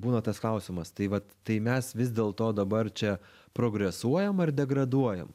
būna tas klausimas tai vat tai mes vis dėlto dabar čia progresuojam ar degraduojam